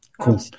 Cool